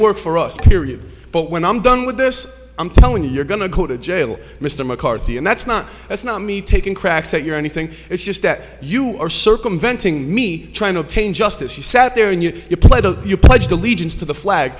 work for us period but when i'm done with this i'm telling you you're going to go to jail mr mccarthy and that's not that's not me taking cracks at your anything it's just that you are circumventing me trying to obtain justice you sat there and you played a you pledged allegiance to the flag